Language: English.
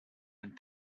and